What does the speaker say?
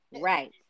Right